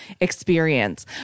experience